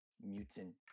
mutant